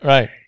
Right